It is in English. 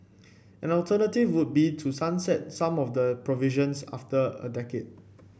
an alternative would be to sunset some of the provisions after a decade